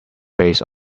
based